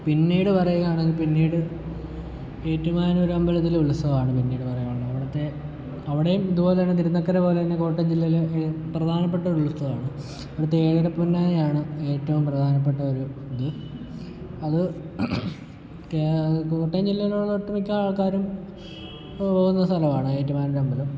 പിന്നീട് പറയുകയാണെങ്കിൽ പിന്നീട് ഏറ്റുമാനൂരമ്പലത്തിലെ ഉത്സവമാണ് പിന്നീട് പറയുകയാണെങ്കിൽ അവിടുത്തെ അവിടെയും ഇതുപോലെത്തന്നെ തിരുനക്കര പോലെ തന്നെ കോട്ടയം ജില്ലയിലെ ഒരു പ്രധാനപ്പെട്ട ഉത്സവമാണ് അവിടുത്തെ ഏഴര പൊന്നാനയാണ് ഏറ്റവും പ്രധാനപ്പെട്ട ഒരു ഇത് അത് കോട്ടയം ജില്ലയിലുള്ള ഒട്ട് മിക്ക ആൾക്കാരും തൊഴുന്ന സ്ഥലമാണ് ഏറ്റുമാനൂരമ്പലം